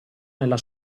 nella